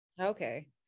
Okay